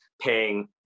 paying